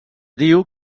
diu